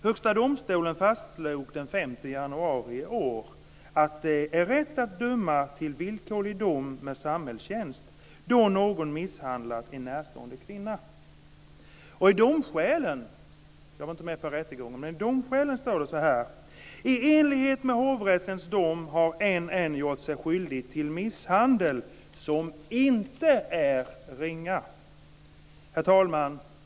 Högsta domstolen fastslog den 5 januari i år att det är rätt att döma till villkorlig dom med samhällstjänst då någon misshandlat en närstående kvinna. Jag var inte med på rättegången men i domskälen står det: I enlighet med hovrättens dom har N.N. gjort sig skyldig till misshandel som inte är ringa. Herr talman!